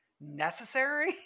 necessary